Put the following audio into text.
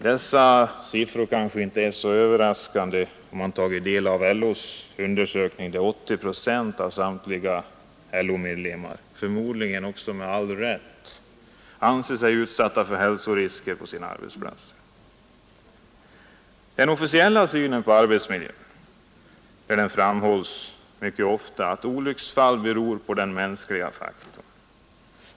Dessa siffror kanske inte är så överraskande om man tagit del av LO:s undersökning, där 80 procent av samtliga LO-medlemmar — förmodligen med all rätt — anser sig vara utsatta för hälsorisker på sina arbetsplatser. I den officiella synen på arbetsmiljön framhålls mycket ofta att olycksfall beror på den mänskliga faktorn.